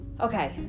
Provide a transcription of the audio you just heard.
Okay